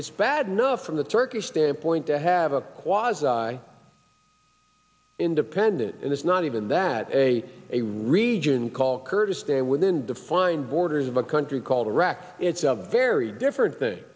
it's bad enough from the turkish standpoint to have a chua's i independent and it's not even that a a region called kurdistan within defined borders of a country called iraq it's a very different thing